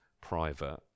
private